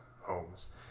homes